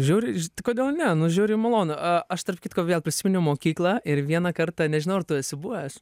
žiauriai ž kodėl ne nu žiauriai malonu a aš tarp kitko vėl prisiminiau mokyklą ir vieną kartą nežinau ar tu esi buvęs